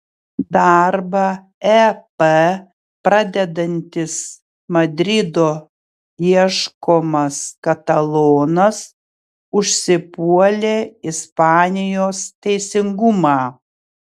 darbą ep pradedantis madrido ieškomas katalonas užsipuolė ispanijos teisingumą